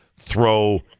throw